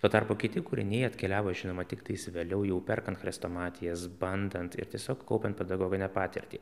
tuo tarpu kiti kūriniai atkeliavo žinoma tiktais vėliau jau perkant chrestomatijas bandant ir tiesiog kaupiant pedagoginę patirtį